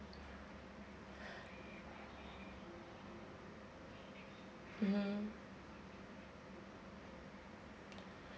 mm